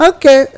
Okay